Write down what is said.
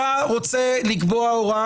אתה רוצה לקבוע הוראה,